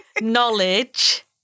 knowledge